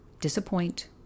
Disappoint